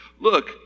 Look